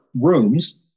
rooms